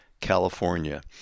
California